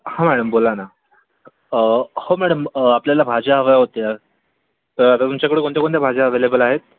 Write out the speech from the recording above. हा मॅडम बोला ना हो मॅडम आपल्याला भाज्या हव्या होत्या तर तुमच्याकडे कोणत्या कोणत्या भाज्या अव्हेलेबल आहेत